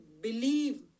believe